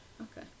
Okay